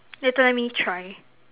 later let me try